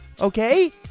Okay